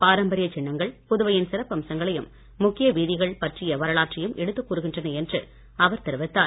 பாரம்பரிய சின்னங்கள் புதுவையின் சிறப்பம்சங்களையும் முக்கிய வீதிகள் பற்றிய வரலாற்றையும் எடுத்துக் கூறுகின்றன என்று அவர் தெரிவித்தார்